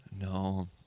No